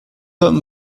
homme